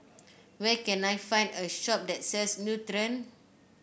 where can I find a shop that sells Nutren